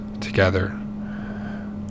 together